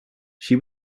she